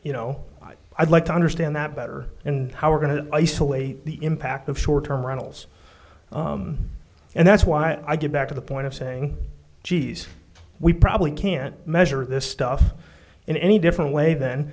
you know i'd like to understand that better and how we're going to isolate the impact of short term runnels and that's why i get back to the point of saying geez we probably can't measure this stuff in any different way than